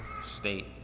state